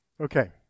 Okay